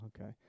okay